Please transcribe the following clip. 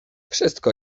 wszystko